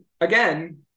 again